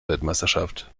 weltmeisterschaft